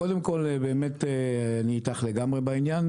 קודם כל באמת אני איתך לגמרי בעניין,